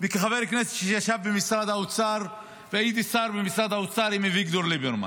וכחבר כנסת שישב במשרד האוצר והייתי שר במשרד האוצר עם אביגדור ליברמן,